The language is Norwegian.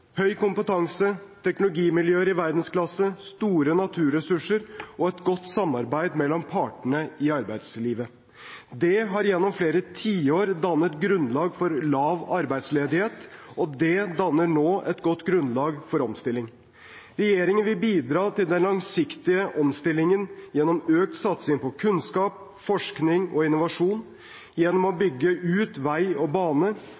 høy kompetanse, teknologimiljøer i verdensklasse, store naturressurser og et godt samarbeid mellom partene i arbeidslivet. Det har gjennom flere tiår dannet grunnlag for lav arbeidsledighet, og det danner nå et godt grunnlag for omstilling. Regjeringen vil bidra til den langsiktige omstillingen gjennom økt satsing på kunnskap, forskning og innovasjon gjennom å bygge ut vei og bane,